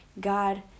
God